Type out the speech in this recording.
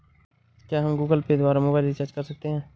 क्या हम Google Pay द्वारा मोबाइल रिचार्ज कर सकते हैं?